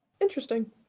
Interesting